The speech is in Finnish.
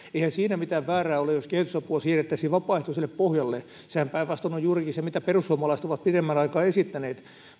eihän siinä mitään väärää olisi jos kehitysapua siirrettäisiin vapaaehtoiselle pohjalle sehän päinvastoin on juurikin se mitä perussuomalaiset ovat pidemmän aikaa esittäneet